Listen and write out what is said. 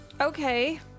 Okay